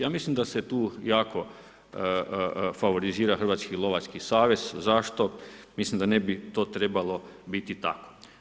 Ja mislim da se tu jako favorizira Hrvatski lovački savez, zašto mislim da ne bi to trebalo biti tako.